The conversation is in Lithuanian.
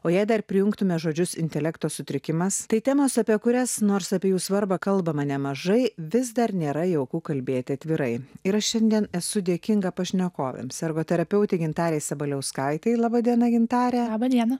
o jei dar prijungtumėme žodžius intelekto sutrikimas tai temos apie kurias nors apie jų svarbą kalbama nemažai vis dar nėra jauku kalbėti atvirai yra šiandien esu dėkinga pašnekovėms arba terapeutė gintarė sabaliauskaitė laba diena gintarė laba diena